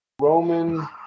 Roman